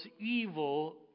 evil